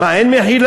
מה, אין מחילה?